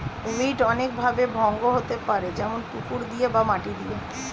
weed অনেক ভাবে ভঙ্গ হতে পারে যেমন পুকুর দিয়ে বা মাটি দিয়ে